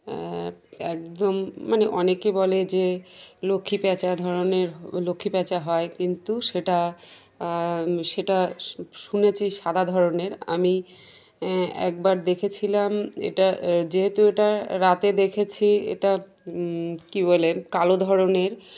একদম মানে অনেকে বলে যে লক্ষ্মী পেঁচা ধরনের লক্ষ্মী প্যাঁচা হয় কিন্তু সেটা সেটা শুনেছি সাদা ধরনের আমি একবার দেখেছিলাম এটা যেহেতু এটা রাতে দেখেছি এটা কী বলেেন কালো ধরনের